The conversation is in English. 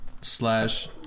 slash